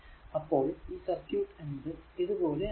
അപ്പോൾ ഈ സർക്യൂട് എന്നത് ഇതുപോലെ ആകുന്നു